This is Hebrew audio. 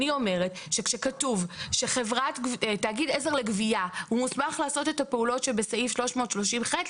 אני אומרת שכתוב שתאגיד עזר לגבייה מוסמך לעשות את הפעולות שבסעיף 330ח,